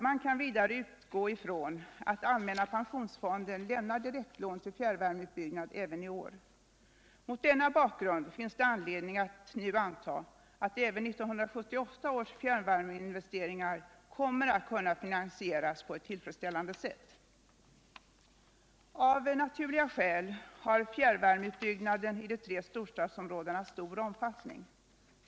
Man kan vidare utgå från att allmänna pensionsfonden lämnar direktlån till fjärrvärmeutbyggnad även i år. Mot denna bakgrund finns det anledning att nu anta att även 1978 års fjärrvärmeinvesteringar kommer att kunna finansieras på ett tillfredsställande sätt. Av naturliga skäl har fjärrvärmeutbyggnaden i de tre storstadsområdena stor omfattning.